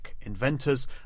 inventors